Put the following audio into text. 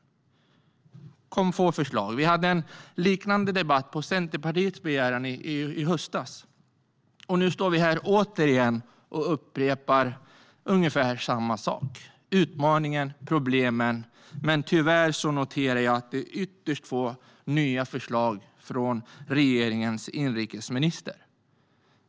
Det kom få förslag. Vi hade på Centerpartiets begäran en liknande debatt i höstas, och nu står vi återigen här och upprepar ungefär samma sak om utmaningen och problemen, men tyvärr noterar jag att det är ytterst få nya förslag från regeringens inrikesminister.